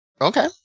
Okay